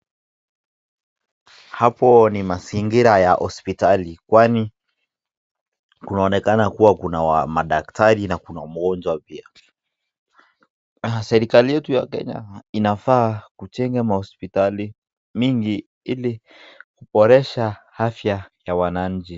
Hapa ni mazingira ya hopsitali kwani kunaonekana kuwa kuna madaktari na kuna mgonjwa pia . Serikali yetu ya Kenya inafaa kujenga mahospitali mengi ili kuboresha afya ya wananchi.